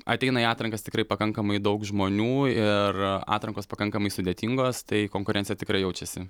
ateina į atrankas tikrai pakankamai daug žmonių ir atrankos pakankamai sudėtingos tai konkurencija tikrai jaučiasi